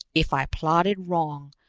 if i plotted wrong,